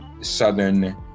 Southern